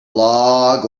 log